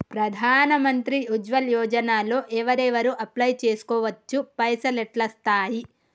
ప్రధాన మంత్రి ఉజ్వల్ యోజన లో ఎవరెవరు అప్లయ్ చేస్కోవచ్చు? పైసల్ ఎట్లస్తయి?